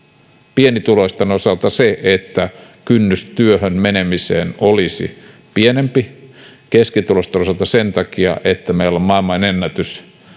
pienituloisten osalta sen takia että kynnys työhön menemiseen olisi pienempi keskituloisten osalta sen takia että meillä on maailmanennätyksellisen